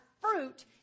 fruit